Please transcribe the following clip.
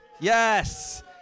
Yes